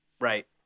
right